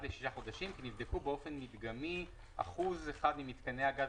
לשישה חודשים כי נבדקו באופן מדגמי אחוז אחד ממתקני הגז